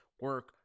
Work